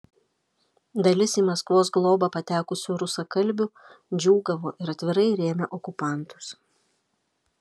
dalis į maskvos globą patekusių rusakalbių džiūgavo ir atvirai rėmė okupantus